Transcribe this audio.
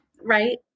right